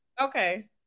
Okay